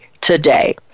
today